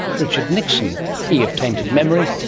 richard nixon, he of tainted memory,